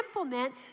implement